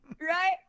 Right